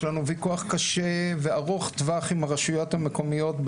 יש לנו ויכוח קשה וארוך טווח עם הרשויות המקומיות,